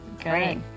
great